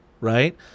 right